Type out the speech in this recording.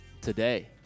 Today